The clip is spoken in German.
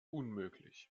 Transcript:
unmöglich